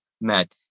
met